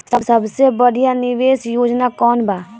सबसे बढ़िया निवेश योजना कौन बा?